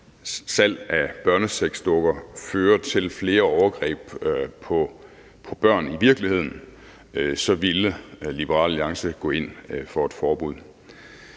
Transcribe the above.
at salg af børnesexdukker fører til flere overgreb på børn i virkeligheden, så ville Liberal Alliance gå ind for et forbud.